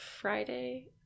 Friday